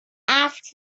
ask